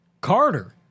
Carter